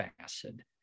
acid